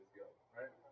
Right